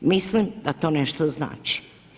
Mislim da to nešto znači.